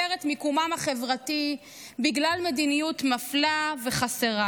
את מיקומם החברתי בגלל מדיניות מפלה וחסרה.